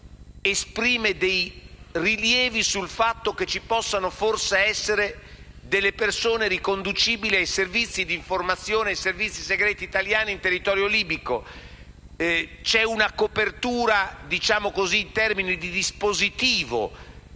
esprime dei rilievi sul fatto che ci possano forse essere persone riconducibili ai servizi d'informazione e ai servizi segreti italiani in territorio libico. C'è una copertura, diciamo così, in termini di dispositivo